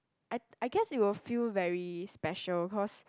I I guess it will feel very special cause